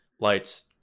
lights